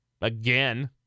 Again